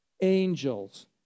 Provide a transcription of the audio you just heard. angels